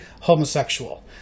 homosexual